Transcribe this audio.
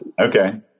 Okay